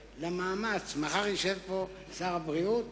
מחר ישב פה שר הבריאות,